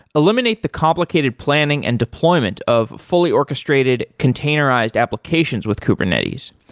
eliminate the complicated planning and deployment of fully orchestrated containerized applications with kubernetes.